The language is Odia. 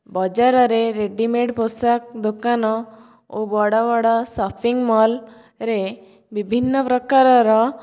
ବଜାରରେ ରେଡ଼ିମେଡ୍ ପୋଷାକ ଦୋକାନ ଓ ବଡ଼ ବଡ଼ ସପିଙ୍ଗ୍ ମଲ୍ରେ ବିଭିନ୍ନପ୍ରକାରର